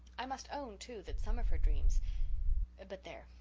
i must own, too, that some of her dreams but there,